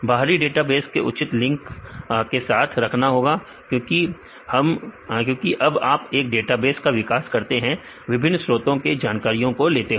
बाहरी डेटाबेस को उचित लिंक ्स के साथ रखना होगा क्योंकि जब आप एक डेटाबेस का विकास करते हैं विभिन्न स्रोतों से जानकारियां लेते हैं